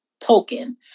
token